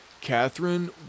Catherine